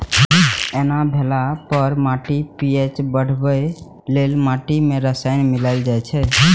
एना भेला पर माटिक पी.एच बढ़ेबा लेल माटि मे रसायन मिलाएल जाइ छै